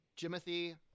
Jimothy